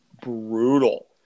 brutal